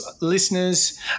listeners